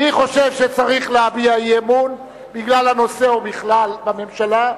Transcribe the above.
מי חושב שצריך להביע אי-אמון בגלל הנושא או בכלל בממשלה?